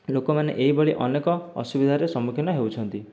ଲୋକ ମାନେ ଏହିଭଳି ଅନେକ ଅସୁବିଧାରେ ସମ୍ମୁଖୀନ ହେଉଛନ୍ତି